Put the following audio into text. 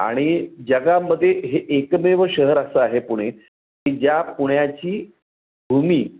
आणि जगामध्ये हे एकमेव शहर असं आहे पुणे की ज्या पुण्याची भूमी